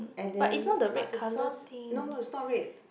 and then but the sauce no no it's not red